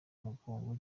mugongo